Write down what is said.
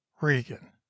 Regan